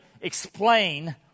explain